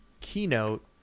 keynote